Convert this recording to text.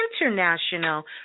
international